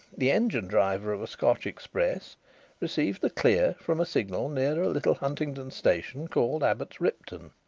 the engine-driver of a scotch express received the clear from a signal near a little huntingdon station called abbots ripton.